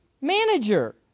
manager